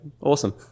awesome